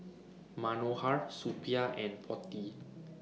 Manohar Suppiah and Potti